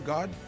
God